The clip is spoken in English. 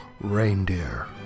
reindeer